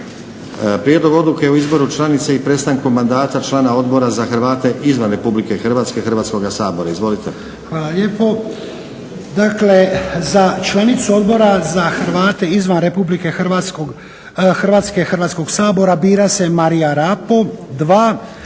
Prijedlog odluke o izboru članice i prestanku mandata člana Odbora za Hrvate izvan RH Hrvatskoga sabora, izvolite. **Lučin, Šime (SDP)** Hvala lijepo. Dakle, za članicu odbora za Hrvate izvan RH Hrvatskog sabora bira se Marija Rapo. Dva,